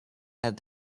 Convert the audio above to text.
had